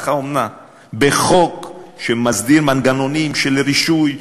האומנה בחוק שמסדיר מנגנונים של רישוי,